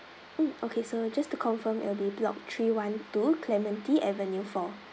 mm okay so just to confirm it will be block three one two clementi avenue four